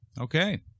Okay